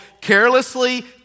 carelessly